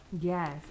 Yes